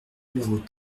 numéros